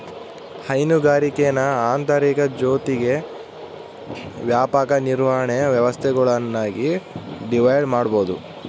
ಹೈನುಗಾರಿಕೇನ ಆಂತರಿಕ ಜೊತಿಗೆ ವ್ಯಾಪಕ ನಿರ್ವಹಣೆ ವ್ಯವಸ್ಥೆಗುಳ್ನಾಗಿ ಡಿವೈಡ್ ಮಾಡ್ಬೋದು